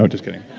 so just kidding